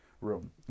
room